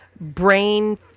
Brain